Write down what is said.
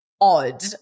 odd